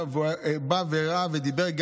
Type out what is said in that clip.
בא והראה ודיבר,